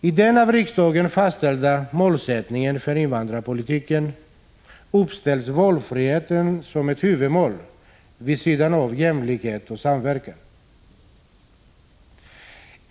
I den av riksdagen fastställda målsättningen för invandrarpolitiken uppställs valfriheten som ett huvudmål vid sidan av jämlikhet och samverkan.